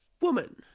woman